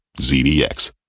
ZDX